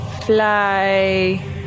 fly